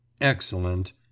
Excellent